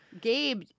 Gabe